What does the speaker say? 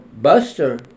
Buster